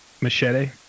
Machete